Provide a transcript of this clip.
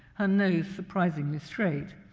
her nose surprisingly straight.